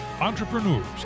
entrepreneurs